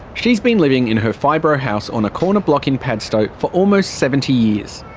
she's been living in her fibro house on a corner block in padstow for almost seventy years.